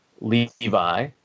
Levi